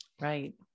Right